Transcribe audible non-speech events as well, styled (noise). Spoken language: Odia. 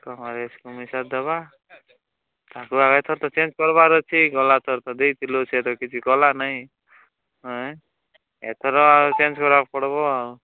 (unintelligible) ତାକୁ ଆଗେ ଥର ତ ଚେଞ୍ଜ କରବାର୍ ଅଛି ଗଲା ଥର ତ ଦେଇଥିଲୁ ସେ ତ କିଛି କଲା ନେଇଁ ଆଁ ଏଥର ଚେଞ୍ଜ୍ କରବାକୁ ପଡ଼ବ